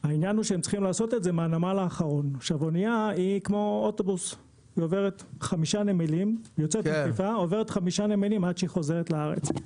צריך לזכור שהאנייה עוברת חמישה נמלים עד שהיא חוזרת לארץ,